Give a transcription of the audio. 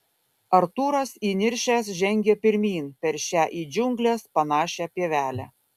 artūras įniršęs žengia pirmyn per šią į džiungles panašią pievelę